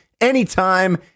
anytime